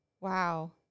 Wow